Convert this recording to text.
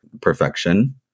perfection